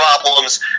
problems